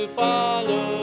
follow